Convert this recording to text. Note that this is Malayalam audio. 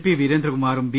പി വീരേന്ദ്രകുമാറും ബി